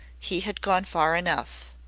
he had gone far enough.